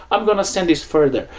i'm going to send this further.